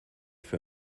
für